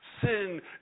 Sin